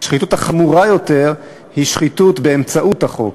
השחיתות החמורה יותר היא שחיתות באמצעות החוק.